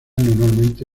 normalmente